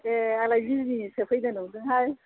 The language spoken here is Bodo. ए आंलाय बिजिनिनिसो फैदों नंदोंहाय